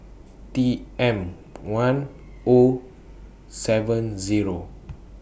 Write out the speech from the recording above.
T M one O seven Zero